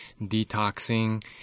detoxing